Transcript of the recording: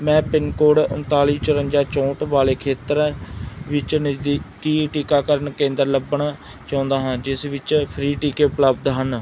ਮੈਂ pin code ਉਨਤਾਲੀ ਚੁਰੰਜਾ ਚੌਂਹਠ ਵਾਲੇ ਖੇਤਰ ਵਿੱਚ ਨਜ਼ਦੀਕੀ ਟੀਕਾਕਰਨ ਕੇਂਦਰ ਲੱਭਣਾ ਚਾਹੁੰਦਾ ਹਾਂ ਜਿਸ ਵਿੱਚ ਫ੍ਰੀ ਟੀਕੇ ਉਪਲੱਬਧ ਹਨ